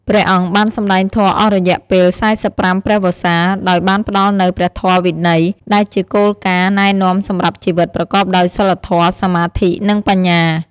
ព្រះអង្គបានសម្ដែងធម៌អស់រយៈពេល ៤៥ ព្រះវស្សា ដោយបានផ្ដល់នូវ ព្រះធម៌វិន័យ ដែលជាគោលការណ៍ណែនាំសម្រាប់ជីវិតប្រកបដោយសីលធម៌ សមាធិ និងបញ្ញា។